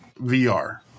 VR